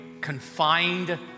confined